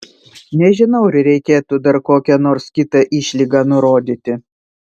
nežinau ar reikėtų dar kokią nors kitą išlygą nurodyti